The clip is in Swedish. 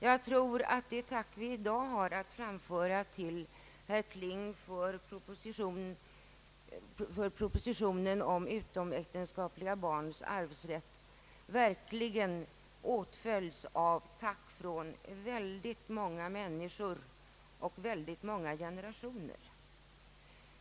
Jag tror att i det tack vi i dag har att framföra till herr Kling för propositionen om utomäktenskapliga barns arvsrätt instämmer många människor och många generationer.